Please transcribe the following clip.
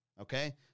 Okay